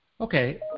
Okay